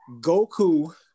Goku